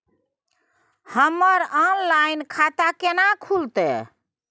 हमर ऑनलाइन खाता केना खुलते?